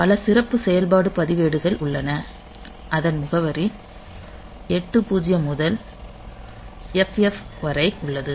பல சிறப்பு செயல்பாடு பதிவேடுகள் உள்ளன அதன் முகவரி 80 முதல் FFh வரை உள்ளது